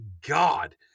god